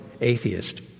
atheist